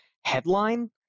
headline